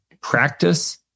practice